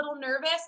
nervous